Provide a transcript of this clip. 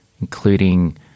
including